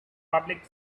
public